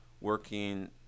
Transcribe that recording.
working